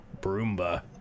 Broomba